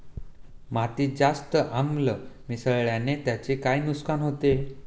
मातीत जास्त आम्ल मिसळण्याने त्याचे काय नुकसान होते?